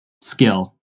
skill